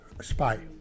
spy